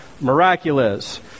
Miraculous